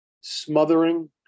smothering